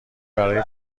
برای